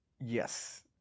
Yes